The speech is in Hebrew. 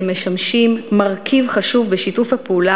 שמשמשים מרכיב חשוב בשיתוף הפעולה